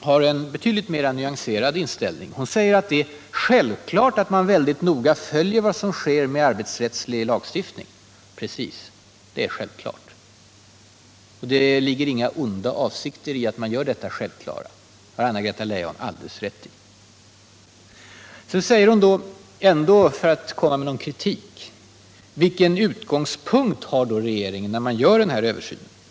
har en betydligt mera nyanserad 11 november 1977 inställning. Hon säger att det är självklart att man mycket noga följer vad som sker med arbetsrättslig lagstiftning. Precis — det är självklart. — Om planerade Och Anna-Greta Leijon har alldeles rätt i att det inte ligger några onda = ändringar i lagen avsikter i att man gör detta självklara. om anställnings Sedan undrar hon ändå, för att komma med någon kritik: Vilken ut — skydd, m.m. gångspunkt har regeringen när man vill göra denna översyn?